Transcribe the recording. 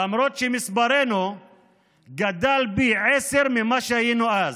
למרות שמספרנו גדל פי עשרה ממה שהיינו אז,